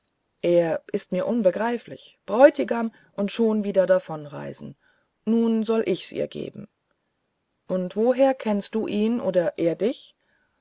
er ist mir unbegreiflich bräutigam und schon wieder davonreisen nun soll ich's ihr geben und woher kennst du ihn oder er dich